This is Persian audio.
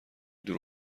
دور